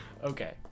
Okay